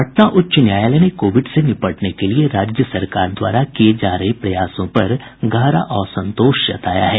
पटना उच्च न्यायालय ने कोविड से निपटने के लिए राज्य सरकार द्वारा किए जा रहे प्रयासों पर गहरा असंतोष जताया है